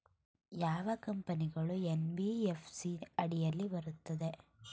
ಯಾವ ಕಂಪನಿಗಳು ಎನ್.ಬಿ.ಎಫ್.ಸಿ ಅಡಿಯಲ್ಲಿ ಬರುತ್ತವೆ?